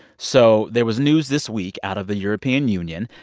so there was news this week out of the european union.